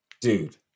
dude